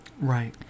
right